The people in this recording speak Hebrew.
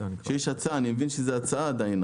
שם זה בגדר הצעה עדיין.